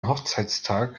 hochzeitstag